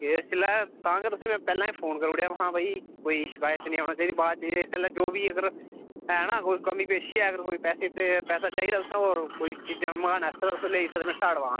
एह् इस्सै ला तां गै तुसें ई में पैह्ले गै फोन करी ओड़ेआ ऐ महां भाई कोई शिकायत निं औना चाहिदी बाद च जे इस्सलै जो बी अगर है ना कोई कमी पेशी ऐ अगर कोई पैसे च पैसा चाहिदा तुसें ई होर कोई चीजां मंगोआने आस्तै तुस लेई सकने साढ़े थमां एडवांस